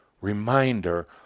reminder